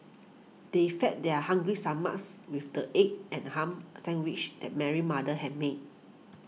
they fed their hungry stomachs with the egg and ham sandwiches that Mary's mother had made